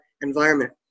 environment